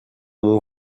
mon